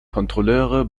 kontrolleure